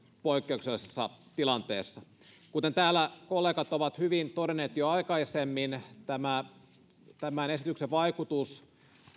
poikkeuksellisessa tilanteessa kuten täällä kollegat ovat hyvin todenneet jo aikaisemmin tämän esityksen vaikutus